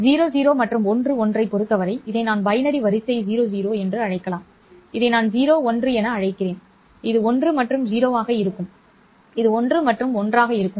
00 மற்றும் 11 ஐப் பொறுத்தவரை இதை நான் பைனரி வரிசை 00 என்று அழைக்கலாம் இதை நான் 01 என அழைக்கிறேன் இது 1 மற்றும் 0 ஆக இருக்கும் இது 1 மற்றும் 1 ஆக இருக்கும்